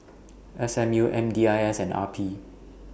S M U M D I S and R P